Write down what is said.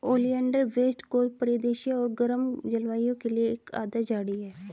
oleander west coast परिदृश्य और गर्म जलवायु के लिए एक आदर्श झाड़ी है